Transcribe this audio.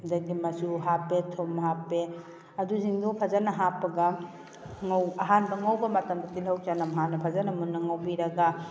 ꯑꯗꯒꯤ ꯃꯆꯨ ꯍꯥꯞꯄꯦ ꯊꯨꯝ ꯍꯥꯞꯄꯦ ꯑꯗꯨꯁꯤꯡꯗꯣ ꯐꯖꯅ ꯍꯥꯞꯄꯒ ꯑꯍꯥꯟꯕ ꯉꯧꯕ ꯃꯇꯝꯗ ꯇꯤꯂꯧ ꯆꯅꯝ ꯍꯥꯟꯅ ꯐꯖꯅ ꯃꯨꯟꯅ ꯉꯧꯕꯤꯔꯒ